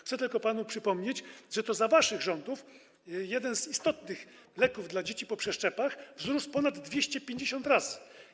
Chcę tylko panu przypomnieć, że to za waszych rządów cena jednego z istotnych leków dla dzieci po przeszczepach wzrosła ponad 250 razy.